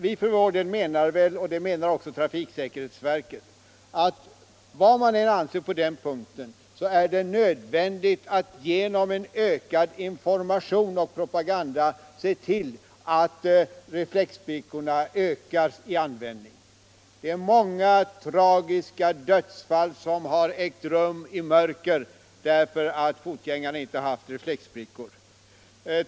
Vi menar liksom trafiksäkerhetsverket att det — vilken uppfattning man än har om detta —- är nödvändigt att genom en ökad information och propaganda se till, att reflexbrickorna ökar i användning. Många tragiska dödsfall har ägt rum som en följd av att fotgängare inte använder reflexbrickor i mörker.